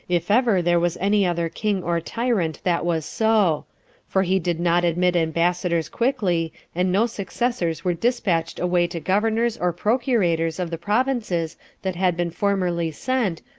if ever there was any other king or tyrant that was so for he did not admit ambassadors quickly, and no successors were despatched away to governors or procurators of the provinces that had been formerly sent,